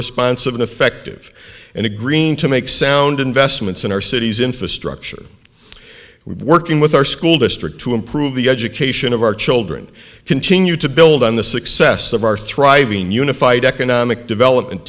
responsive and effective and agreeing to make sound investments in our city's infrastructure working with our school district to improve the education of our children continue to build on the success of our thriving unified economic development